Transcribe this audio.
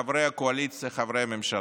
חברי הקואליציה, חברי הממשלה,